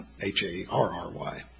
H-A-R-R-Y